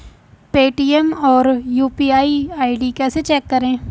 Paytm पर UPI ID कैसे check करें?